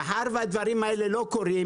מאחר והדברים האלה לא קורים